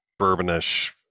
bourbonish